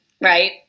Right